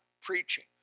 preaching